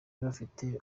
bafite